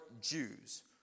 Jews